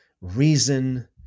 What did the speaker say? reason